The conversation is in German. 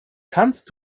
kannst